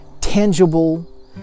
tangible